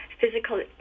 physical